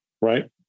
Right